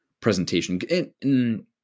presentation